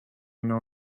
know